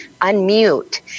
unmute